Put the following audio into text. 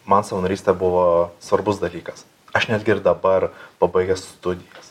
man savanorystė buvo svarbus dalykas aš netgi ir dabar pabaigęs studijas